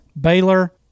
Baylor